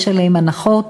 יש עליהן הנחות,